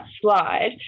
slide